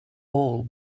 all